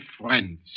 friends